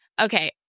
okay